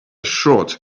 short